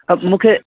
त मूंखे